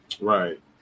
Right